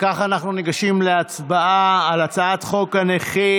אם כך, אנחנו ניגשים להצבעה על הצעת חוק הנכים.